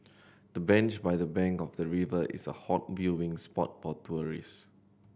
the bench by the bank of the river is a hot viewing spot for tourist